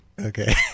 okay